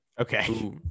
Okay